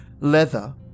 leather